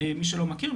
שמי שלא מכיר,